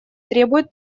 требуют